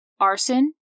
arson